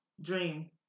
dream